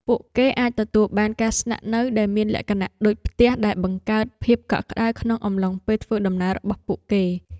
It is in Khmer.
ពួកគេអាចទទួលបានការស្នាក់នៅដែលមានលក្ខណៈដូចផ្ទះដែលបង្កើតភាពកក់ក្ដៅក្នុងអំឡុងពេលធ្វើដំណើររបស់ពួកគេ។